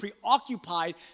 preoccupied